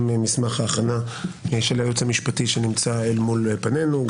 מסמך ההכנה של הייעוץ המשפטי שנמצא אל מול פנינו,